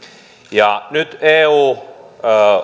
nyt eu